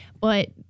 But-